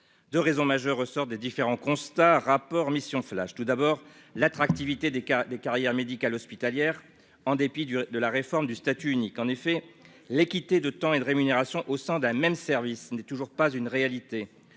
2 raisons majeures ressortent des différents constats rapport mission flash tout d'abord l'attractivité des cas des carrières médicales hospitalières en dépit du de la réforme du statut unique en effet l'équité de temps et de rémunération au sein d'un même service n'est toujours pas une réalité